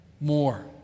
more